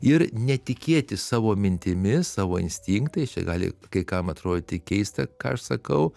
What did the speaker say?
ir netikėti savo mintimis savo instinktais čia gali kai kam atrodyti keista ką aš sakau